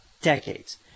decades